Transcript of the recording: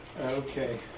Okay